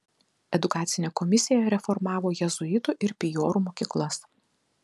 edukacinė komisija reformavo jėzuitų ir pijorų mokyklas